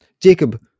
Jacob